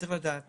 צריך לדעת